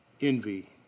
envy